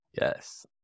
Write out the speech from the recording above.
yes